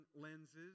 lenses